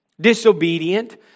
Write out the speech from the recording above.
disobedient